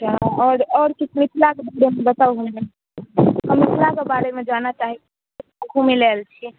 आओर किछु मिथिला के विषय मे बताऊ हमरा हम मिथिला के बारे मे जानय चाहै छियै की घुमय लेल आयल छी